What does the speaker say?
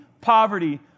poverty